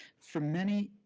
for many,